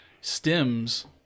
stems